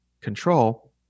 control